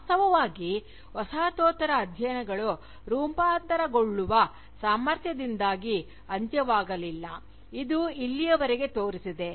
ವಾಸ್ತವವಾಗಿ ವಸಾಹತೋತ್ತರ ಅಧ್ಯಯನಗಳು ರೂಪಾಂತರಗೊಳ್ಳುವ ಸಾಮರ್ಥ್ಯದಿಂದಾಗಿ ಅಂತ್ಯವಾಗಲಿಲ್ಲ ಇದು ಇಲ್ಲಿಯವರೆಗೆ ತೋರಿಸಿದೆ